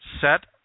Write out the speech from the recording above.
set